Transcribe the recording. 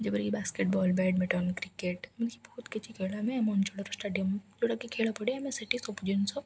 ଯେପରିକି basketball badminton cricket ଏମିକି ବହୁତ କିଛି ଖେଳ ଆମେ ଆମ ଅଞ୍ଚଳର ଷ୍ଟାଡ଼ିୟମ୍ ଯୋଉଟାକି ଖେଳ ପଡ଼ିଆ ଆମେ ସେଠି ସବୁ ଜିନିଷ